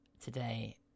today